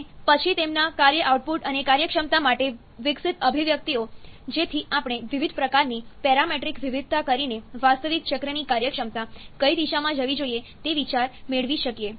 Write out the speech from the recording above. અને પછી તેમના કાર્ય આઉટપુટ અને કાર્યક્ષમતા માટે વિકસિત અભિવ્યક્તિઓ જેથી આપણે વિવિધ પ્રકારની પેરામેટ્રિક વિવિધતા કરીને વાસ્તવિક ચક્રની કાર્યક્ષમતા કઈ દિશામાં જવી જોઈએ તે વિચાર મેળવી શકીએ